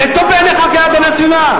זה טוב בעיניך, השר להגנת הסביבה?